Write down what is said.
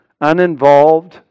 uninvolved